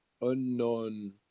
unknown